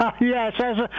Yes